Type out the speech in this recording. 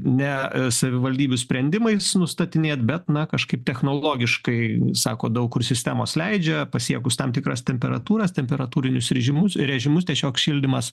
ne savivaldybių sprendimais nustatinėt bet na kažkaip technologiškai sako daug kur sistemos leidžia pasiekus tam tikras temperatūras temperatūrinius rėžimus režimus tiesiog šildymas